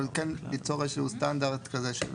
אבל כן ליצור איזה שהוא סטנדרט כזה.